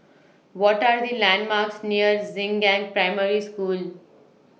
What Are The landmarks near Xingnan Primary School